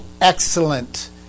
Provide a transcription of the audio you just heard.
excellent